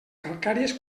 calcàries